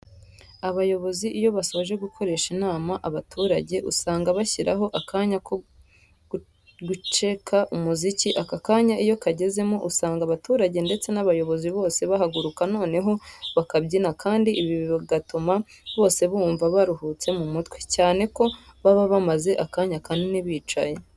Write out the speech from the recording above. Abayobozi iyo basoje gukoresha inama abaturage usanga bashyiraho akanya ko guceka umuziki. Aka kanya iyo kagezemo usanga abaturage ndetse n'abayobozi bose bahaguruka noneho bakabyina kandi ibi bibagutuma bose bumva baruhutse mu mutwe, cyane ko baba bamaze akanya kanini bicaye.